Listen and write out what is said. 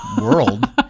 world